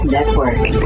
Network